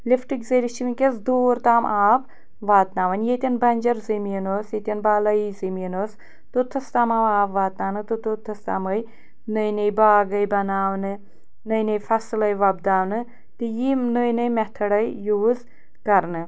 لِفٹٕکۍ ذریعہ چھِ وٕنۍکٮ۪س دوٗر تام آب واتناوان ییٚتٮ۪ن بَنجَر زمیٖن اوس ییٚتٮ۪ن بالٲیی زمیٖن اوس توٚتتھَس تام آو آب واتناونہٕ تہٕ توٚتتھَس تام آے نٔے نٔے باغ آے بَناونہٕ نٔے نٔے فَصٕل آے وۄپداونہٕ تہِ یِم نٔے نٔے مٮ۪تھٲڈ آے یوٗز کَرنہٕ